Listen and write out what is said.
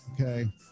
Okay